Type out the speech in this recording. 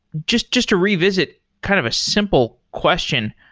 just just to revisit kind of a simple question.